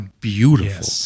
beautiful